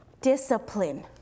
Discipline